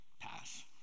pass